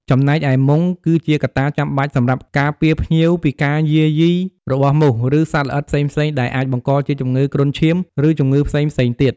ចំណែកឯមុង គឺជាកត្តាចាំបាច់សម្រាប់ការពារភ្ញៀវពីការយាយីរបស់មូស ឬសត្វល្អិតផ្សេងៗ ដែលអាចបង្កជាជំងឺគ្រុនឈាម ឬជំងឺផ្សេងៗទៀត។